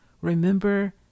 remember